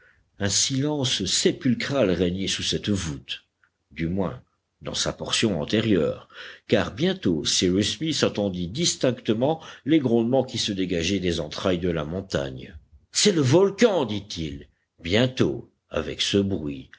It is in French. un silence sépulcral régnait sous cette voûte du moins dans sa portion antérieure car bientôt cyrus smith entendit distinctement les grondements qui se dégageaient des entrailles de la montagne c'est le volcan dit-il bientôt avec ce bruit